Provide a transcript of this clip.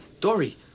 Dory